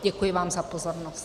Děkuji vám za pozornost.